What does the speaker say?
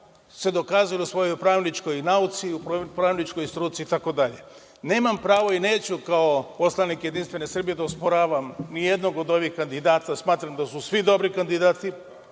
dokazali u svojoj pravničkoj nauci, pravničkoj struci itd. Nemam pravo i neću kao poslanik Jedinstvene Srbije da osporavam ni jednog od ovih kandidata, smatram da su svi dobri kandidati,